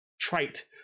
trite